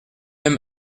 même